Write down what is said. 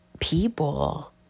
people